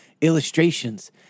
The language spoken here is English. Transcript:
illustrations